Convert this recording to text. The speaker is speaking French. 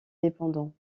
dépendant